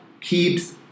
keeps